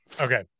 Okay